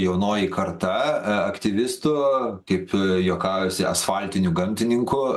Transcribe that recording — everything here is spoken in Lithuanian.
jaunoji karta aktyvistų kaip juokaujasi asfaltinių gamtininkų